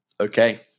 Okay